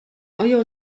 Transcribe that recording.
آیا